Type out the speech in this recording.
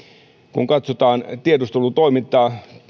kun katsotaan tiedustelutoimintaa